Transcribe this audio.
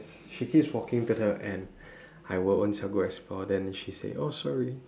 she keeps walking to the end I will own self go and explore then she say oh sorry